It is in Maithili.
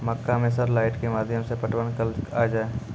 मक्का मैं सर लाइट के माध्यम से पटवन कल आ जाए?